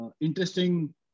interesting